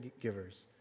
givers